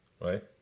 right